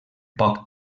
poc